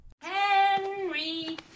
Henry